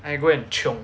I go and chiong